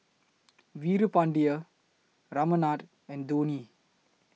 Veerapandiya Ramanand and Dhoni